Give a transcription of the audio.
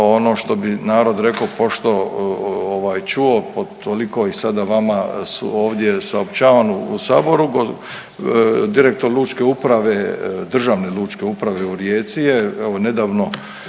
ono što bi narod rekao pošto čuo od toliko i sada vama su ovdje saopćavan u Saboru direktor Lučke uprave, državne lučke uprave u Rijeci je evo nedavno